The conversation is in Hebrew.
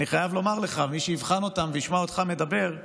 אני חייב לומר לך, מי שיבחן אותם וישמע אותך מדבר,